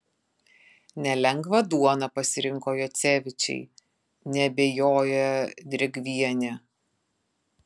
nelengvą duoną pasirinko jocevičiai neabejoja drėgvienė